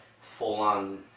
full-on